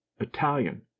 ITALIAN